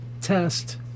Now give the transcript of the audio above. test